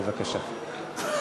בבקשה.